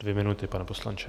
Dvě minuty, pane poslanče.